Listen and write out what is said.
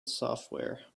software